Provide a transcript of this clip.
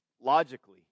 logically